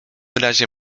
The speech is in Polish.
razie